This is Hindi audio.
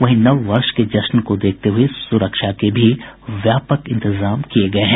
वहीं नव वर्ष के जश्न को देखते हुये सुरक्षा के भी व्यापक इंतजाम किये गये हैं